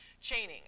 Chaining